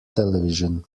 television